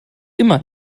immer